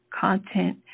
content